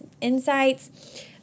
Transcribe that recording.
insights